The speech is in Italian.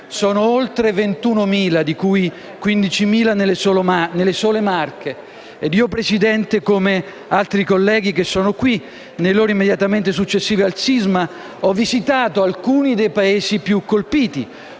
sono oltre 21.000, di cui 15.000 nelle sole Marche. Signor Presidente, io, come altri colleghi che sono qui, nelle ore immediatamente successive al sisma ho visitato alcuni dei paesi più colpiti,